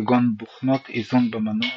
כגון בוכנות איזון במנוע,